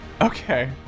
Okay